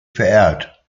verehrt